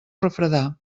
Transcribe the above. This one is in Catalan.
refredar